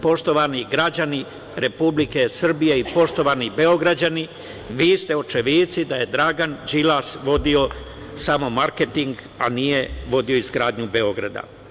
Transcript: Poštovani građani Republike Srbije i poštovani Beograđani, vi ste očevici da je Dragan Đilas vodio samo marketing a nije vodio izgradnju Beograda.